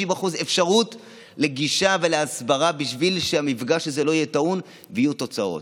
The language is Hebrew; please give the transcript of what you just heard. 60% אפשרות לגישה ולהסברה בשביל שהמפגש הזה לא יהיה טעון ויהיו תוצאות.